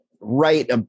right